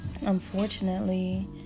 unfortunately